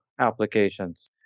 applications